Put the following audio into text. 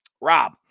Rob